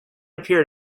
appear